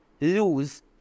lose